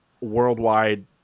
worldwide